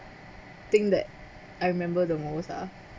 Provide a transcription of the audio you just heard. thing that I remember the most ah